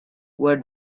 where